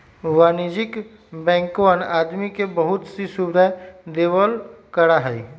वाणिज्यिक बैंकवन आदमी के बहुत सी सुविधा देवल करा हई